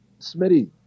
Smitty